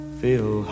feel